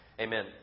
Amen